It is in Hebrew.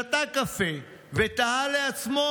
בבוקר, שתה קפה ותהה לעצמו: